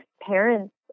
parents